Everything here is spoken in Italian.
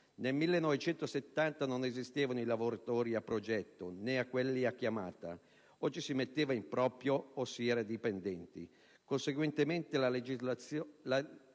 Nel 1970 non esistevano i lavoratori a progetto, né quelli a chiamata: o ci si metteva in proprio o si era dipendenti. Conseguentemente, la legislazione